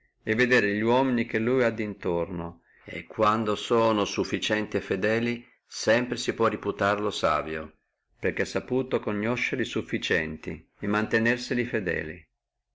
è vedere li uomini che lui ha dintorno e quando sono sufficienti e fedeli sempre si può reputarlo savio perché ha saputo conoscerli sufficienti e mantenerli fideli